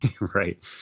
Right